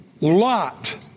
Lot